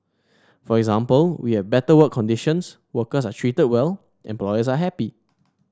for example we have better work conditions workers are treated well employers are happy